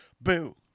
boo